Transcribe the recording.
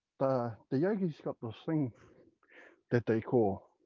ah the yogis got this thing that they call,